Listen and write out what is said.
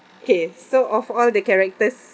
okay so of all the characters